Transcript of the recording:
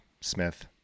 Smith